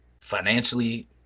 financially